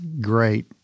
great